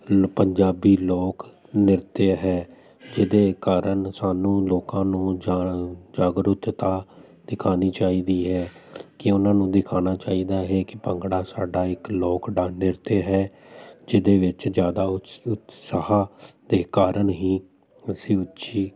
ਨ ਪੰਜਾਬੀ ਲੋਕ ਨ੍ਰਿਤ ਹੈ ਜਿਹਦੇ ਕਾਰਨ ਸਾਨੂੰ ਲੋਕਾਂ ਨੂੰ ਜਾ ਜਾਗਰੂਕਤਾ ਦਿਖਾਉਣੀ ਚਾਹੀਦੀ ਹੈ ਕਿ ਉਹਨਾਂ ਨੂੰ ਦਿਖਾਉਣਾ ਚਾਹੀਦਾ ਹੈ ਕਿ ਭੰਗੜਾ ਸਾਡਾ ਇੱਕ ਲੋਕ ਡਾ ਨ੍ਰਿਤ ਹੈ ਜਿਹਦੇ ਵਿੱਚ ਜ਼ਿਆਦਾ ਉਤਸਾ ਉਤਸ਼ਾਹ ਦੇ ਕਾਰਨ ਹੀ ਅਸੀਂ ਉੱਚੀ